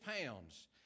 pounds